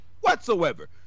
whatsoever